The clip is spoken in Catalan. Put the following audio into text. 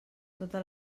totes